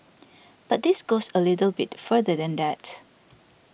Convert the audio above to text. but this goes a little bit further than that